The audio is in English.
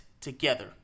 together